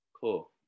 cool